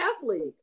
athletes